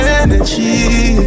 energy